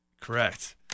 Correct